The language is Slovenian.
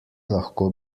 lahko